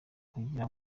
kugira